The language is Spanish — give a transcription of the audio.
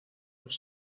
los